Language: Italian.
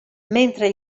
mentre